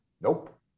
nope